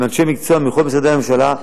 עם אנשי מקצוע מכל משרדי הממשלה.